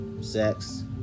sex